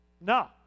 No